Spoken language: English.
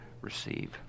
receive